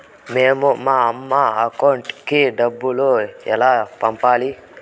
మేము మా అమ్మ అకౌంట్ కి డబ్బులు ఎలా పంపాలి